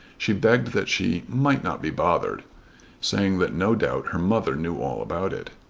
she begged that she might not be bothered saying that no doubt her mother knew all about it.